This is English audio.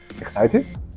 excited